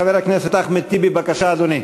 חבר הכנסת אחמד טיבי, בבקשה, אדוני.